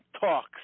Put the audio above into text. talks